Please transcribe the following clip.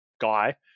guy